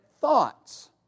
thoughts